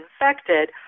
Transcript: infected